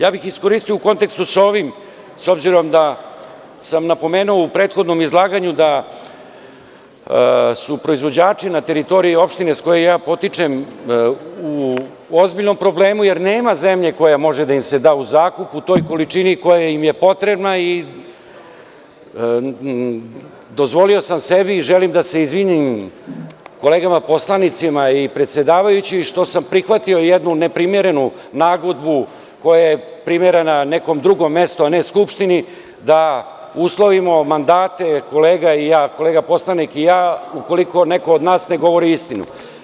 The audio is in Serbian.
Ja bih iskoristio u kontekstu sa ovim, s obzirom da sam napomenuo u prethodnom izlaganju da su proizvođači na teritoriji opštine iz koje ja potičem u ozbiljnom problemu, jer nema zemlje koja može da im se da u zakup, u toj količini koja im je potrebna i dozvolio sam sebi i želim da se izvinim kolegama poslanicima i predsedavajućoj što sam prihvatio jednu neprimerenu nagodbu koja je primerena nekom drugom mestu, a ne Skupštini, da uslovimo mandate kolega i ja, kolega poslanik i ja ukoliko neko od nas ne govori istinu.